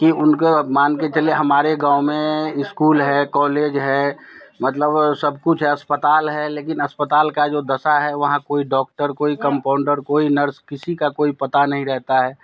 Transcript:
कि उनका मान के चलिए हमारे गाँव में इस्कूल है कॉलेज है मतलब सब कुछ है अस्पताल है लेकिन अस्पताल का जो दशा है वहाँ कोई डॉक्टर कोई कंपाउंडर कोई नर्स किसी का कोई पता नहीं रहता है